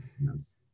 Yes